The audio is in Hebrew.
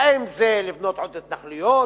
האם זה לבנות עוד התנחלויות?